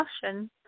discussion